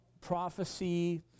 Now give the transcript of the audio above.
prophecy